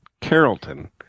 Carrollton